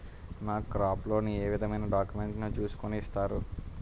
నాకు crop loan ఏ విధమైన డాక్యుమెంట్స్ ను చూస్కుని ఇస్తారు?